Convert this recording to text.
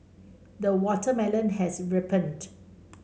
the watermelon has ripened